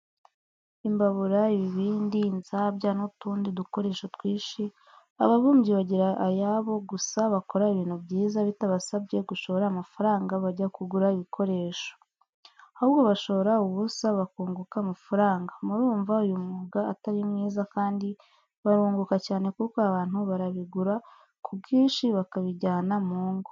Imbabura ibibindi inzabya nutundi dukoresho twisnhi ababumbyi bagira ayabo gusa bakora ibintu byiza bitabasabye gushora amafaranga bajya kugura ibikoresho. ahubwo bashora ubusa bakunguka amafaranga murumva uyumwuga atarimwiza kadi barunguka cyane kuko abantu barabigura kubwinshi bakabijyana mungo.